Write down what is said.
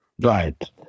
Right